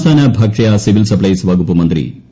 സംസ്ഥാന ഭക്ഷ്യ civil supplies വകുപ്പ് മന്ത്രി പി